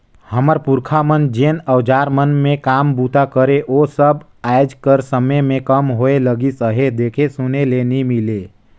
हमर पुरखा मन जेन अउजार मन मे काम बूता करे ओ सब आएज कर समे मे कम होए लगिस अहे, देखे सुने ले नी मिले